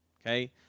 Okay